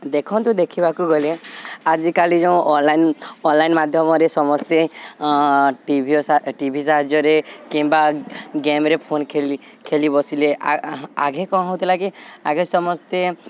ଦେଖନ୍ତୁ ଦେଖିବାକୁ ଗଲେ ଆଜିକାଲି ଯେଉଁ ଅନ୍ଲାଇନ୍ ଅନ୍ଲାଇନ୍ ମାଧ୍ୟମରେ ସମସ୍ତେ ଟିଭିର ଟି ଭି ସାହାଯ୍ୟରେ କିମ୍ବା ଗେମ୍ରେ ଫୋନ୍ ଖେଳି ଖେଳି ବସିଲେ ଆଗେ କ'ଣ ହେଉଥିଲା କି ଆଗେ ସମସ୍ତେ